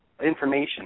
information